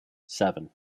seven